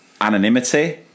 anonymity